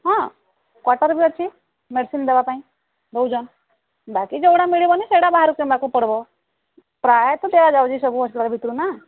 ହଁ କ୍ଵାଟର ବି ଅଛି ମେଡ଼ିସିନ ଦେବା ପାଇଁ ଦେଉଛନ୍ ବାକି ଯେଉଁଗୁଡ଼ା ମିଳିବନି ସେଇଟା ବାହାରୁ କିନ୍ବାକୁ ପଡ଼ବ ପ୍ରାୟତ ଦିଆ ଯାଉଛି ସବୁ ହସ୍ପିଟାଲ ଭିତରୁ ନା